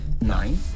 Nine